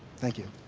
thank you.